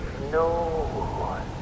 No